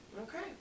Okay